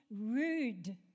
rude